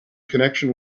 connection